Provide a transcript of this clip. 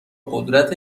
قدرت